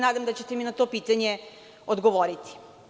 Nadam se da ćete mi na to pitanje odgovoriti.